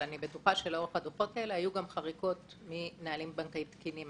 אבל אני בטוחה שלאורך הדוחות האלה היו גם חריגות מנהלים בנקאיים תקינים.